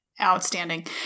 outstanding